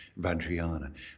Vajrayana